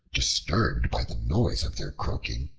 disturbed by the noise of their croaking,